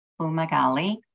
Umagali